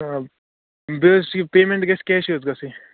آ بیٚیہِ حظ یہِ پیمٮ۪نٛٹ گَژھِ کیشِی یوت گژھٕنۍ